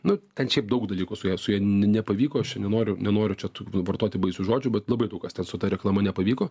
nu ten šiaip daug dalykų su ja su ja nepavyko aš čia nenoriu nenoriu čia tų vartoti baisių žodžių bet labai daug kas ten su ta reklama nepavyko